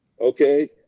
okay